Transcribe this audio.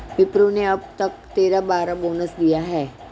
विप्रो ने अब तक तेरह बार बोनस दिया है